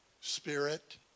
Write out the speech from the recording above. Spirit